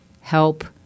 help